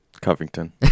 Covington